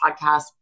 podcast